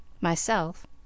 myself